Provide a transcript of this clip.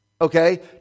Okay